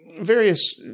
various